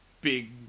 big